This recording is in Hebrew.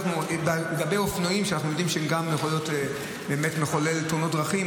לגבי אופנועים שאנחנו יודעים שהם יכולים להיות מחוללי תאונות דרכים,